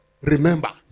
remember